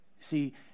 See